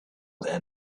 then